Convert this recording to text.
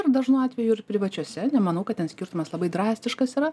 ir dažnu atveju ir privačiose nemanau kad ten skirtumas labai drastiškas yra